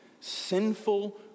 sinful